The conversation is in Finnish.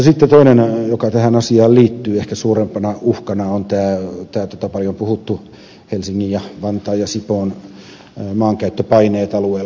sitten toinen seikka joka tähän asiaan liittyy ehkä suurempana uhkana on tämä paljon puhuttu helsingin ja vantaan ja sipoon maankäyttöpaine alueella